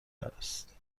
است